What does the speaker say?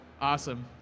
Awesome